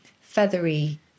feathery